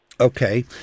Okay